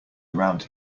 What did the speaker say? around